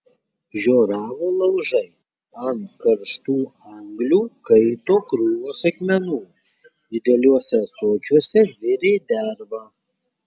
žioravo laužai ant karštų anglių kaito krūvos akmenų dideliuose ąsočiuose virė derva